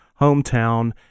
hometown